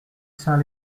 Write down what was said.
saint